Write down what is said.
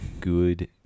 good